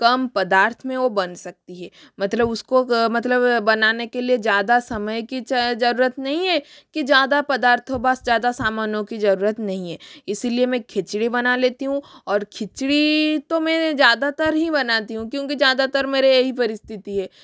कम पदार्थ में ओ बन सकती है मतलब उसको मतलब बनाने के लिए ज़्यादा समय की जरूरत नहीं है कि ज़्यादा पदार्थ हो बस ज़्यादा सामानों की जरूरत नहीं है इसीलिए मैं खिचड़ी बना लेती हूँ और खिचड़ी तो मैंने ज़्यादातर ही बनाती हूँ क्योंकि ज़्यादातर मेरे यही परिस्थिति है